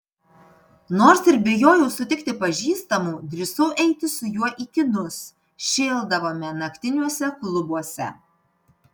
nors ir bijojau sutikti pažįstamų drįsau eiti su juo į kinus šėldavome naktiniuose klubuose